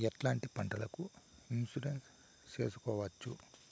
ఎట్లాంటి పంటలకు ఇన్సూరెన్సు చేసుకోవచ్చు?